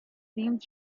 seemed